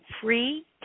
free